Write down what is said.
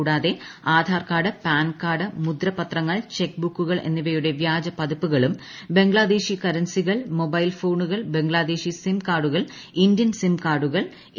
കൂടാതെ Aadhaar card PAN card മുദ്രപ്പത്രങ്ങൾ cheque ബുക്കുകൾ എന്നിവ്ലയുടെ വ്യാജ പതിപ്പുകളും ബംഗ്ലാദേശി കറൻസികൾ ്മ്മാ്ബൈൽ ഫോണുകൾ ബംഗ്ലാദേശി സിം കാർഡുകൾ ഇന്ത്യൻ ്സിം കാർഡുകൾ എ